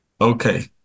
okay